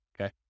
okay